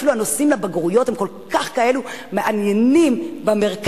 אפילו הנושאים בבגרויות הם כל כך כאלה מעניינים במרכז.